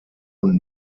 und